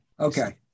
Okay